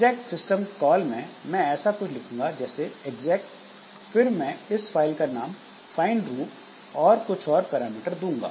exec system call में मैं ऐसा कुछ लिखूंगा जैसे एक्ज़ेक फिर मैं इस फाइल का नाम फाइंड रूट और कुछ और पैरामीटर दूंगा